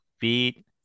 beat